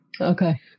Okay